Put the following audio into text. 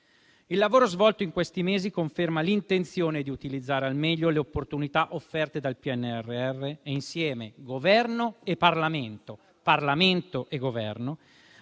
Il lavoro svolto in questi mesi conferma l'intenzione di utilizzare al meglio le opportunità offerte dal PNRR e insieme, Governo e Parlamento, Parlamento e Governo,